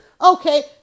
Okay